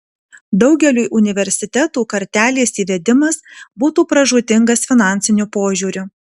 daugeliui universitetų kartelės įvedimas būtų pražūtingas finansiniu požiūriu